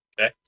Okay